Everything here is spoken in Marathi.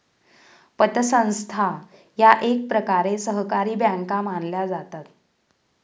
पतसंस्था या एकप्रकारे सहकारी बँका मानल्या जातात